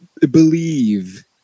believe